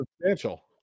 substantial